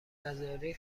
نذاری